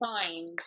find